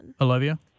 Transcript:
Olivia